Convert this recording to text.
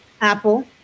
Apple